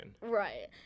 Right